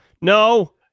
No